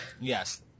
Yes